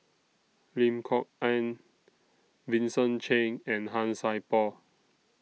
Lim Kok Ann Vincent Cheng and Han Sai Por